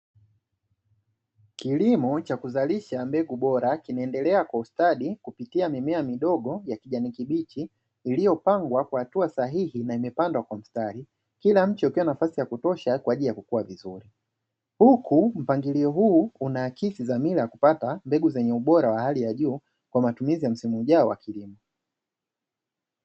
Kilimo cha kuzalisha mbegu bora kinaendelea kwa ustadi, kupitia mimea midogo ya kijani kibichi iliyopangwa kwa hatua sahihi na imepandwa kwa mstari, kila mtu akiwa nafasi ya kutosha kwa ajili ya kukua vizuri; huku mpangilio huu unaakisi dhamira ya kupata mbegu zenye ubora wa hali ya juu, kwa matumizi ya msimu ujao wa kilimo.